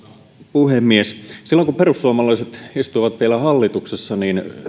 puhemies silloin kun perussuomalaiset istui vielä hallituksessa